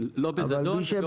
לא בזדון ולא מסכן את הציבור.